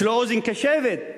יש אוזן קשבת.